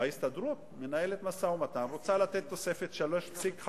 ההסתדרות מנהלת משא-ומתן, רוצה לתת תוספת 3.5%,